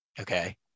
Okay